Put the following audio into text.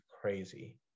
crazy